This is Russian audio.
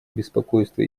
беспокойство